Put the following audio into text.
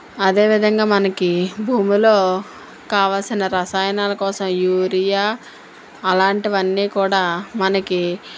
అదేవిధంగా మనకి భూమిలో కావలసిన రసాయనాల కోసం యూరియా అలాంటివి అన్నీ కూడా మనకి